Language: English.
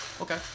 Okay